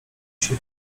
się